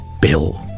bill